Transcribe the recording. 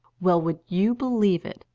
well, would you believe it,